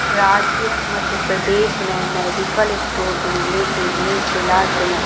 राज्य मध्य प्रदेश में medical store ढूँढने के लिए ज़िला चुनें